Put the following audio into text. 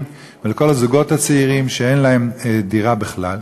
ולכל הזוגות הצעירים שאין להם דירה בכלל.